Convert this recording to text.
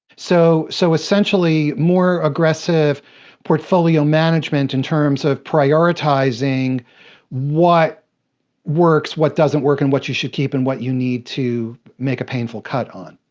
so so essentially, more aggressive portfolio management in terms of prioritizing what works, what doesn't work, what you should keep, and what you need to make a painful cut on.